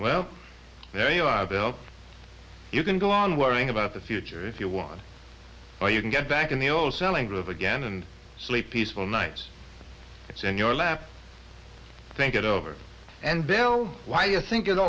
well there you are bill you can go on worrying about the future if you want or you can get back in the old selling groove again and sleep peaceful night it's in your lap think it over and then why you think it